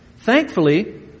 thankfully